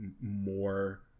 more